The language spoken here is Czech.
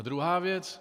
Druhá věc.